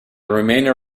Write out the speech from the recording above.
remainder